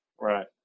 right